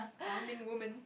founding women